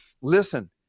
listen